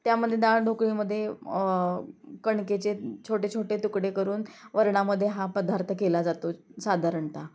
त्यामदे डाळ ढोकळीमध्ये कणकेचे छोटे छोटे तुकडे करून वरणामध्ये हा पदार्थ केला जातो साधारणत